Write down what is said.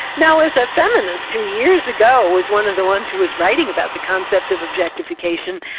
now as a feminist who years ago was one of the ones who was writing about the concept of objectification,